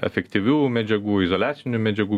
efektyvių medžiagų izoliacinių medžiagų